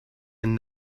and